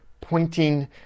pointing